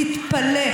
תתפלא,